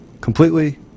completely